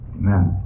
amen